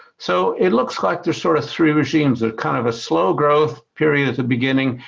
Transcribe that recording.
so it looks like there's sort of three regimes with kind of a slow growth period at the beginning,